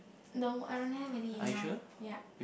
no I don't have any in mind yup